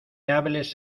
hables